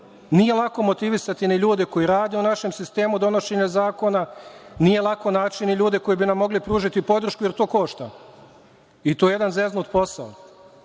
Nije lako motivisati ljude koji rade u našem sistemu donošenja zakona, a nije lako ni naći ljudi koji bi nam mogli pružiti podršku, jer to košta. To je jedan zeznut posao.